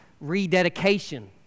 rededication